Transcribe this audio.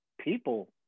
people